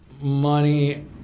money